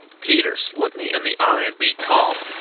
peters, look me in the eye, and be calm.